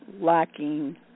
lacking